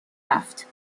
رفت